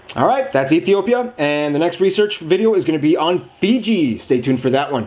alright, that's ethiopia. and the next research video is gonna be on fiji! stay tuned for that one.